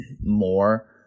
more